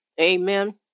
amen